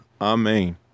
amen